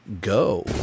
go